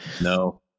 No